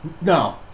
No